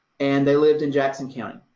and they lived in jackson county,